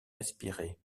respirait